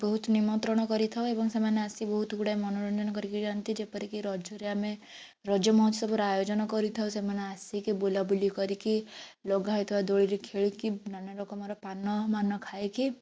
ବହୁତ ନିମନ୍ତ୍ରଣ କରିଥାଉ ଏବଂ ସେମାନେ ଆସି ବହୁତ ଗୁଡ଼ାଏ ମନୋରଞ୍ଜନ କରିକି ଯାଆନ୍ତି ଯେପରି କି ରଜରେ ଆମେ ରଜ ମହୋତ୍ସବର ଆୟୋଜନ କରିଥାଉ ସେମାନେ ଆସିକି ବୁଲାବୁଲି କରିକି ଲଗା ହେଇଥିବା ଦୋଳିରେ ଖେଳିକି ନାନା ରକମର ପାନ ମାନ ଖାଇକି